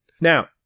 now